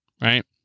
right